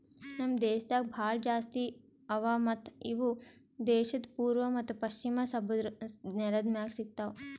ನಮ್ ದೇಶದಾಗ್ ಭಾಳ ಜಾಸ್ತಿ ಅವಾ ಮತ್ತ ಇವು ದೇಶದ್ ಪೂರ್ವ ಮತ್ತ ಪಶ್ಚಿಮ ಸಮುದ್ರದ್ ನೆಲದ್ ಮ್ಯಾಗ್ ಸಿಗತಾವ್